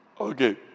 Okay